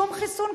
שום חיסון,